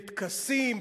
בטקסים,